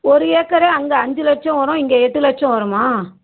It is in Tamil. ஒரு ஏக்கரே அங்கே அஞ்சு லட்சம் வரும் இங்கே எட்டு லட்சம் வருமா